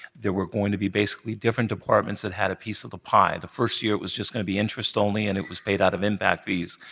there were going to be basically different departments that had a piece of the pie. the first year it was just going to be interest only and it was paid out of impact fees.